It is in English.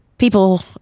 People